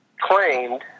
claimed